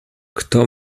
kto